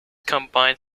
combined